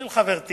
של חברתי